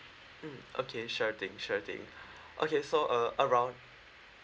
mm okay sure thing sure thing okay so uh around